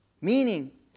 Meaning